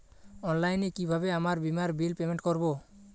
অনলাইনে কিভাবে আমার বীমার বিল পেমেন্ট করবো?